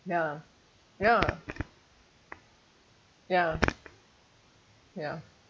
ya ya ya ya